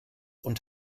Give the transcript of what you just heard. und